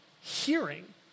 hearing